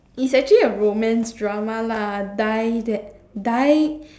is actually a romance drama lah die that die